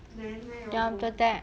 then where you all go